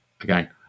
Again